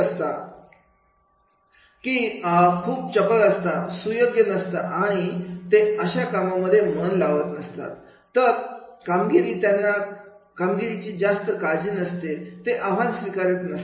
रंजाळे की खूप चपळ असतात सुयोग्य नसतात आणि ते अशा कामांमध्ये मन लावत नसतात कामगिरी त्यांना कामगिरीची जास्त काळजी नसते ते आव्हान स्वीकारत नसतात